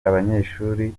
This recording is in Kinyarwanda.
abanyeshuli